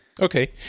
Okay